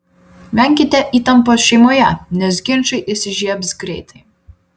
venkite įtampos šeimoje nes ginčai įsižiebs greitai